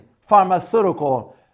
pharmaceutical